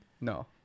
No